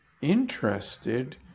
interested